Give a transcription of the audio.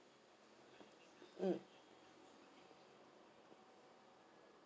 mm